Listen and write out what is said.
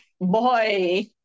Boy